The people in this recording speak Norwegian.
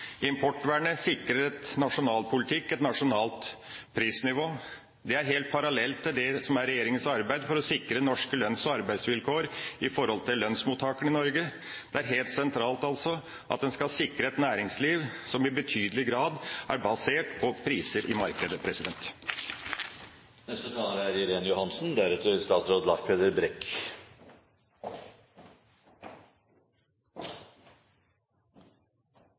Importvernet sikrer en nasjonal politikk og et nasjonalt prisnivå. Det er helt parallelt med det som er regjeringas arbeid for å sikre lønns- og arbeidsvilkår for lønnsmottakerne i Norge. Det er altså helt sentralt at en skal sikre et næringsliv som i betydelig grad er basert på priser i markedet. EU er